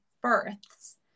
births